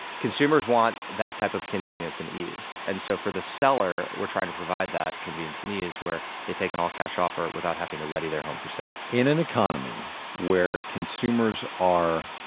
consumers want that type of convenience and ease. and so for the seller, we're trying to provide that convenience and ease where they take an all-cash offer without having to ready their home for sale in an economy where consumers are,